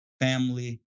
family